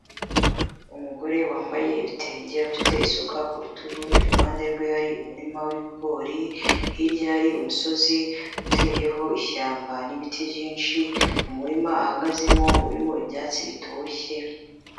Umugore wambaye ibitenge ufite isuka ku rutugu, iruhande rwe hari umurima w'ibigori, hirya hari umusozi uteyeho ishyamba n'ibiti byinshi, umurima ahagazemo urimo ibyatsi bitoshye.